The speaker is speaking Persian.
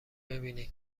ببینید